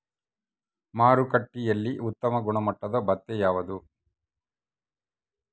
ಮಾರುಕಟ್ಟೆಯಲ್ಲಿ ಉತ್ತಮ ಗುಣಮಟ್ಟದ ಭತ್ತ ಯಾವುದು?